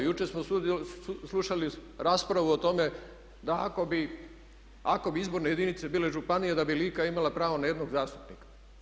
Jučer smo slušali raspravu o tome da ako bi izborne jedinice bile županije da bi Lika imala pravo na jednog zastupnika.